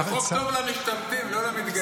זה חוק טוב למשתמטים, לא למתגייסים.